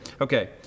Okay